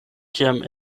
kiam